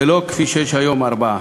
ולא כפי שיש היום, ארבע.